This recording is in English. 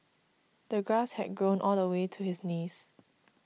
the grass had grown all the way to his knees